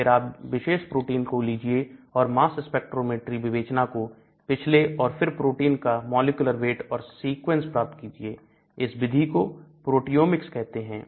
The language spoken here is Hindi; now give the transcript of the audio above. फिर आप विशेष प्रोटीन को लीजिए और मास स्पेक्ट्रोमेट्री विवेचना को करें और फिर प्रोटीन का मॉलिक्यूलर वेट और सीक्वेंस प्राप्त कीजिए इस विधि को प्रोटियोमिक्स कहते हैं